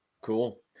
Cool